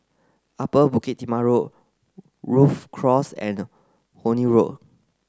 Upper Bukit Timah Road Rhu Cross and Horne Road